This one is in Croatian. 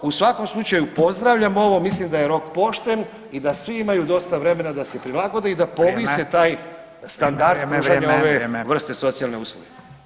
U svakom slučaju pozdravljam ovo, mislim da je rok pošten i da svi imaju dosta vremena da se prilagode i da [[Upadica Radin: Vrijeme.]] povise taj standard pružanja ove vrste socijalne usluge.